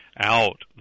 out